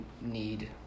need